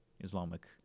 Islamic